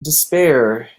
despair